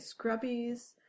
scrubbies